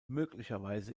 möglicherweise